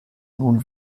nun